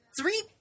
Three